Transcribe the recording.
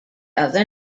other